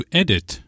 edit